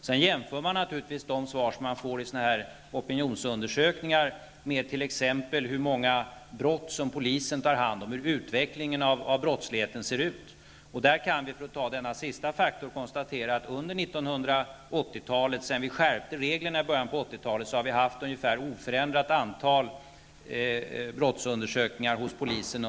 Sedan jämför man naturligtvis de svar som man får i opinionsundersökningar med t.ex. hur många brott som polisen tar hand om och hur utvecklingen av brottsligheten ser ut. Och där kan vi, för att ta denna sista faktor, konstatera att sedan reglerna i början av 80-talet skärptes och fram till nu har polisen haft ungefär ett oförändrat antal brottsundersökningar.